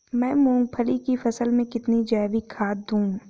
मैं मूंगफली की फसल में कितनी जैविक खाद दूं?